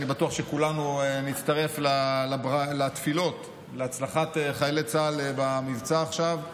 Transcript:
אני בטוח שכולנו נצטרף לתפילות להצלחת חיילי צה"ל במבצע עכשיו,